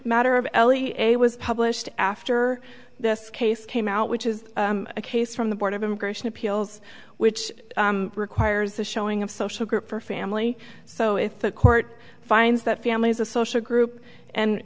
matter of l e a was published after this case came out which is a case from the board of immigration appeals which requires a showing of social group for family so if the court finds that family is a social group and